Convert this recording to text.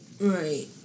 Right